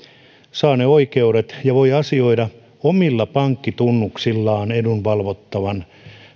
saa oikeudet ja voi asioida omilla pankkitunnuksillaan edunvalvottavan